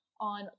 on